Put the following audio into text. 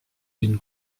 d’une